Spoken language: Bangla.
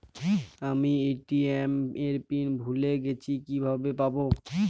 আমি এ.টি.এম এর পিন ভুলে গেছি কিভাবে পাবো?